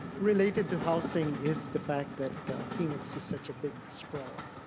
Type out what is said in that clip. related to housing is the fact that phoenix is such a big sprawl.